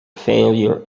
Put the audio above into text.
failure